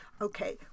Okay